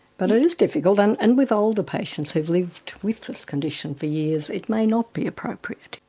but it is difficult, and and with older patients who've lived with this condition for years, it may not be appropriate.